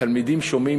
התלמידים שומעים,